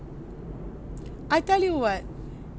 I tell you [what]